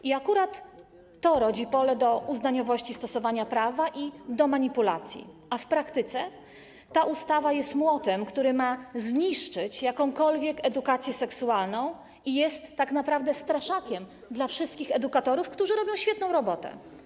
I akurat to rodzi pole do uznaniowości w stosowaniu prawa i manipulacji, a w praktyce ta ustawa jest młotem, który ma zniszczyć jakąkolwiek edukację seksualną i jest tak naprawdę straszakiem dla wszystkich edukatorów, którzy robią świetną robotę.